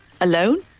alone